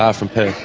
ah from perth.